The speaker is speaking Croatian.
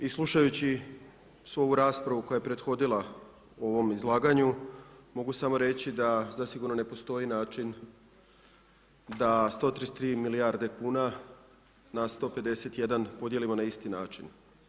I slušajući svu ovu raspravu koja je prethodila ovom izlaganju mogu samo reći da zasigurno ne postoji način da 133 milijarde kuna na 151 podijelimo na isti način.